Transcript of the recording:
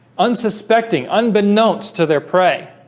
unsuspecting unbeknownst to their prey